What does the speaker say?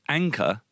anchor